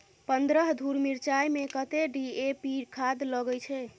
पन्द्रह धूर मिर्चाई मे कत्ते डी.ए.पी खाद लगय छै?